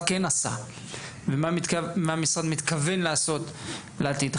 כן עשה ומה המשרד מתכוון לעשות בעתיד.